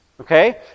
Okay